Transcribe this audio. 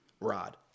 rod